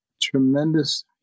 tremendous